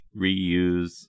reuse